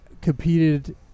competed